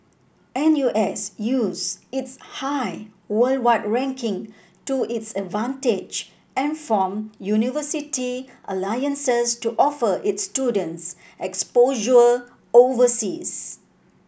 N U S used its high worldwide ranking to its advantage and formed university alliances to offer its students exposure overseas